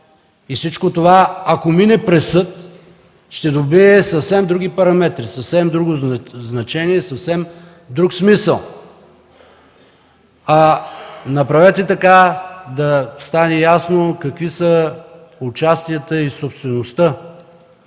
и всичко това, ако мине през съд, ще придобие съвсем други параметри, съвсем друго значение, съвсем друг смисъл. Направете така, че да стане ясно какви са участията и собствеността